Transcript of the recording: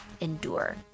endure